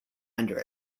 under